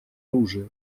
оружия